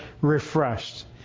refreshed